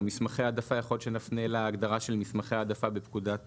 מסמכי העדפה יכול להיות שנפנה להגדרה של מסמכי העדפה בפקודת